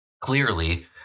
Clearly